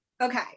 Okay